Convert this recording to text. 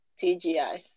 TGI